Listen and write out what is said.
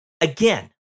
Again